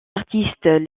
artistes